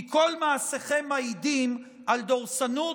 כי כל מעשיכם מעידים על דורסנות,